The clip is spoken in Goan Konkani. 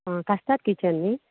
आ कास्ताद किचन न्ही